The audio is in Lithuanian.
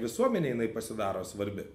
visuomenei jinai pasidaro svarbi